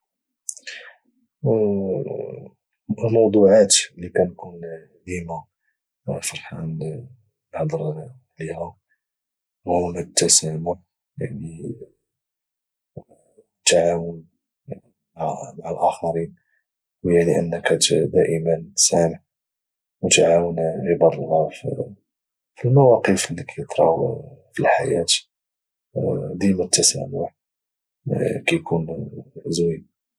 الموضوعات اللي كانكون ديما فرحان نهضر عليها وهما تسامح يعني والتعاون معنا اخرين هو يعني انك دائما تسامح وتعاون عباد لله في المواقف اللي كايطروا في الحياه ديما التسامح كيكون زوين